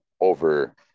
over